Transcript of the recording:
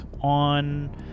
on